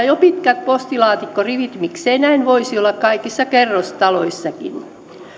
jo pitkät postilaatikkorivit miksei näin voisi olla kaikissa kerrostaloissakin